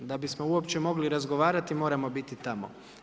Da bismo uopće mogli razgovarati, moramo biti tamo.